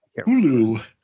Hulu